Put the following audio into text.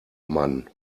mann